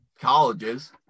colleges